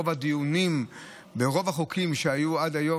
רוב הדיונים ברוב החוקים שהיו עד היום,